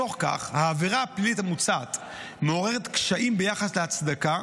בתוך כך העבירה הפלילית המוצעת מעוררת קשיים ביחס להצדקה